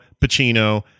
Pacino